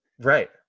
Right